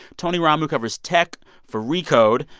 tony romm who covers tech for recode.